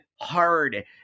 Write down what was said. hard